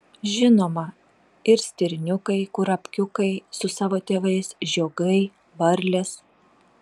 žinoma ir stirniukai kurapkiukai su savo tėvais žiogai varlės